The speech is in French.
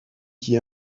qui